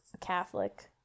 Catholic